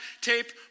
tape